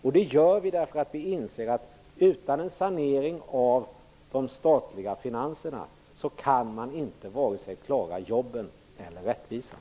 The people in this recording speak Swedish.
Vi inser att man utan en sanering av de statliga finanserna inte klarar vare sig jobben eller rättvisan.